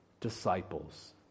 disciples